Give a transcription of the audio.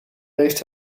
leest